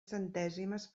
centèsimes